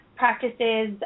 practices